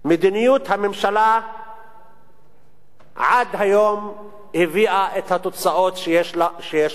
מדיניות הממשלה עד היום הביאה את התוצאות שיש מולנו,